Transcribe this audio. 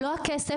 לא הכסף.